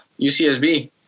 UCSB